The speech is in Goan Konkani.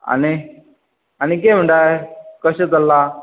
आनी आनी कितें म्हणटाय कशें चल्लां